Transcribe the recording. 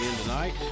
tonight